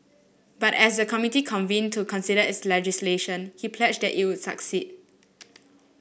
but as the committee convened to consider its legislation he pledged it would succeed